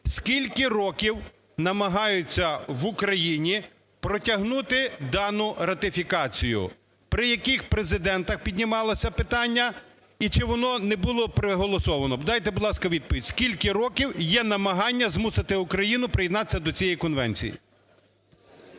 скільки років намагаються в Україні протягнути дану ратифікацію? При яких президентах піднімалось це питання, і чи воно не було проголосовано? Дайте, будь ласка відповідь, скільки років є намагання змусити Україну приєднатися до цієї конвенції?